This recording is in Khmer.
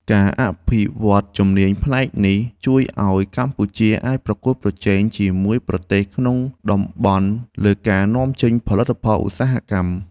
ការអភិវឌ្ឍជំនាញផ្នែកនេះជួយឱ្យកម្ពុជាអាចប្រកួតប្រជែងជាមួយប្រទេសក្នុងតំបន់លើការនាំចេញផលិតផលឧស្សាហកម្ម។